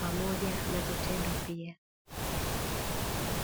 pamoja na vitendo pia.